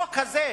החוק הזה,